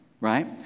right